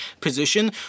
position